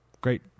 Great